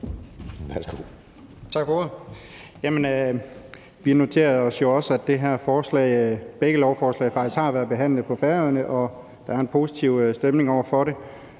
Tak for ordet. Vi noterede os jo også, at begge lovforslag faktisk har været behandlet på Færøerne, og at der er en positiv stemning over for dem.